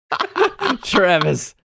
Travis